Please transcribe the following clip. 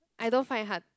I don't find it hard